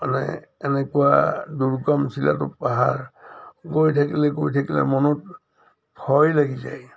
মানে এনেকুৱা দুৰ্গম টিলাটো পাহাৰ গৈ থাকিলে গৈ থাকিলে মনত ভয় লাগি যায়